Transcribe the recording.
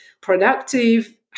productive